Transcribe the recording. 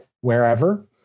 wherever